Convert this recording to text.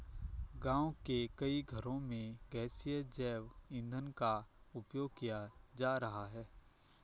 गाँव के कई घरों में गैसीय जैव ईंधन का उपयोग किया जा रहा है